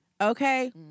Okay